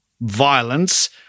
violence